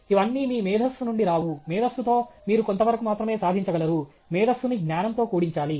ఇవన్నీ మీ మేధస్సు నుండి రావు మేధస్సు తో మీరు కొంతవరకు మాత్రమే సాధించగలరు మేధస్సుని జ్ఞానం తో కూడించాలి